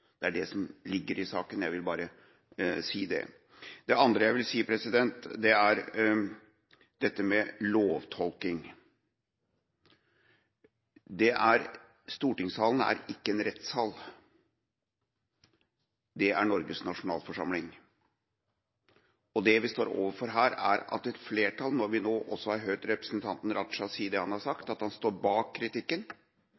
Det er det som ligger i saken – jeg ville bare si det. Det andre jeg vil si noe om, er lovtolking. Stortingssalen er ikke en rettssal, det er Norges nasjonalforsamling. Det vi står overfor her, er et flertall – vi har nå hørt representanten Raja si at han står bak kritikken – som mener at lovforståelsen har vært feil. Da er det